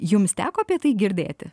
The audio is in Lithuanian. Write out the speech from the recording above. jums teko apie tai girdėti